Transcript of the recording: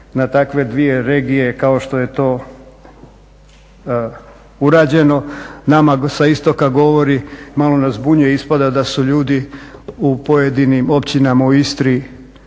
na takve dvije regije kao što je to urađeno nama sa istoga govori, malo nas zbunjuje ispada da su ljudi u pojedinim općinama u Istri